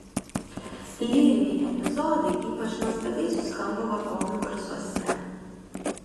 lyriniai epizodai ypač nuostabiai suskambo vargonų garsuose